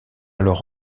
alors